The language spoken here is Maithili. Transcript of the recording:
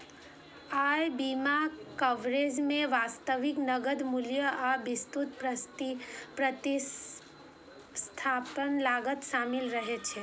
अय बीमा कवरेज मे वास्तविक नकद मूल्य आ विस्तृत प्रतिस्थापन लागत शामिल रहै छै